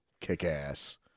kick-ass